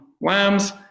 lambs